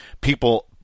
People